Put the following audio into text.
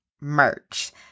merch